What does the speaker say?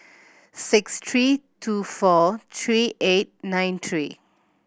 six three two four three eight nine three